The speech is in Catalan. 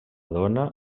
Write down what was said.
dona